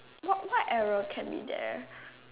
what what error can be there